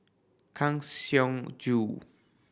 Kang Siong Joo